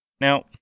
Now